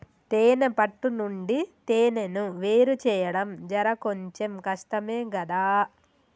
తేనే పట్టు నుండి తేనెను వేరుచేయడం జర కొంచెం కష్టమే గదా